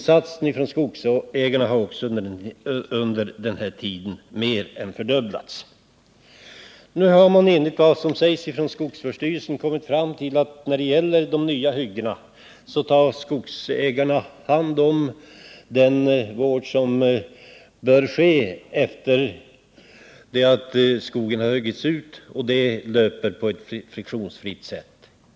Skogsägarnas egeninsats har också under den här tiden mer än fördubblats. Nu har man enligt vad som sägs från skogsvårdsstyrelsen kommit fram till att när det gäller de nya hyggena skall skogsägarna ta hand om den vård som bör ske efter det att skogen har huggits ut, och det löper friktionsfritt.